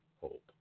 hope